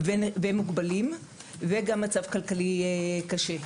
הם גם מוגבלים ובמצב כלכלי קשה.